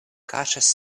kaŝas